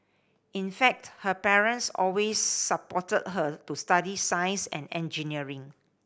in fact her parents always supported her to study science and engineering